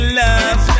love